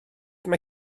mae